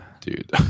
dude